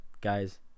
guys